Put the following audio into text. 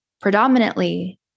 predominantly